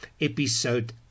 Episode